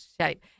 shape